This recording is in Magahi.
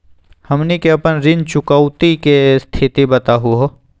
हमनी के अपन ऋण चुकौती के स्थिति बताहु हो?